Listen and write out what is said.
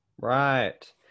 Right